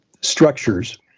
structures